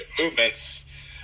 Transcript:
movements